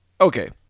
okay